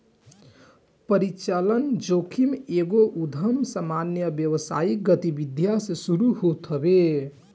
परिचलन जोखिम एगो उधम के सामान्य व्यावसायिक गतिविधि से शुरू होत हवे